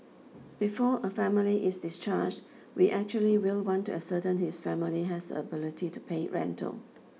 before a family is discharged we actually will want to ascertain this family has the ability to pay rental